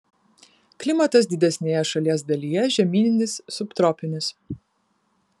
klimatas didesnėje šalies dalyje žemyninis subtropinis